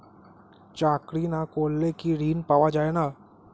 চাকরি না করলে কি ঋণ পাওয়া যায় না?